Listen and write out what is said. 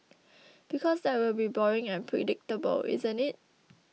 because that will be boring and predictable isn't it